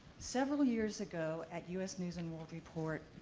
several years ago, at u s. news and world report,